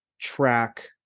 track